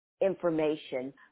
information